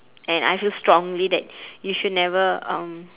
and I feel strongly that you should never um